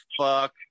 fuck